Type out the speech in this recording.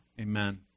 Amen